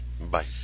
Bye